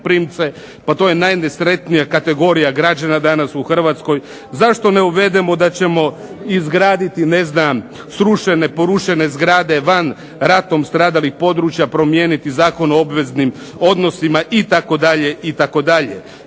pa to je najnesretnija kategorija građana danas u Hrvatskoj. Zašto ne uvedemo da ćemo izgraditi ne znam srušene, porušene zgrade van ratom stradalim područja, promijeniti Zakon o obveznim odnosima, itd., itd.